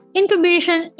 incubation